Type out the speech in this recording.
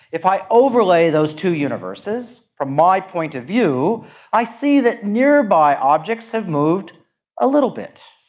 if i overlay those two universes, from my point of view i see that nearby objects have moved a little bit.